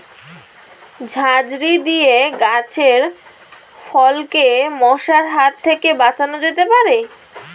ঝাঁঝরি দিয়ে গাছের ফলকে মশার হাত থেকে বাঁচানো যেতে পারে?